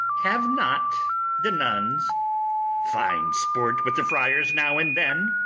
have not the nuns fine sport with the friars now and then?